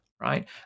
Right